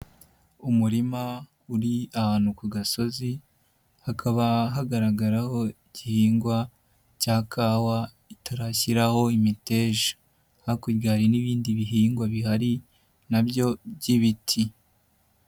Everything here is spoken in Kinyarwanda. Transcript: Umurima uri ahantu ku gasozi hakaba hagaragaraho igihingwa cya kawa itarashyiraho imiteja, hakurya hari n'ibindi bihingwa bihari na byo by'ibiti.